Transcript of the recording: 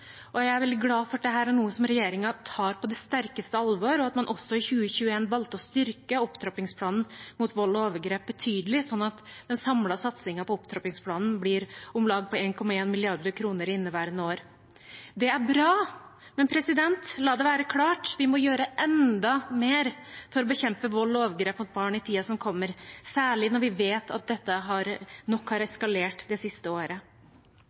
Jeg er veldig glad for at dette er noe regjeringen tar på det sterkeste alvor, og at man også i 2021 valgte å styrke opptrappingsplanen mot vold og overgrep betydelig, slik at den samlede satsingen på opptrappingsplanen blir på om lag 1,1 mrd. kr i inneværende år. Det er bra, men la det være klart: Vi må gjøre enda mer for å bekjempe vold og overgrep mot barn i tiden som kommer, særlig når vi vet at dette nok har eskalert det siste året.